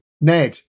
Ned